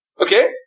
Okay